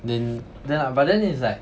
then then but then it's like